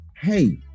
hey